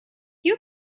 you